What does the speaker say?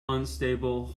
unstable